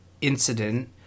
incident